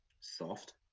Soft